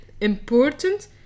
important